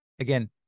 again